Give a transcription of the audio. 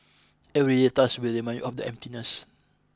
every daily task will remind you of the emptiness